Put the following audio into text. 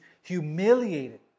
humiliated